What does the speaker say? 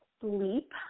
sleep